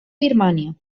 birmània